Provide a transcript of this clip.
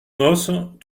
noce